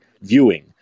viewing